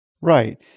Right